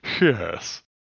Yes